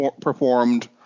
performed